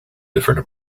different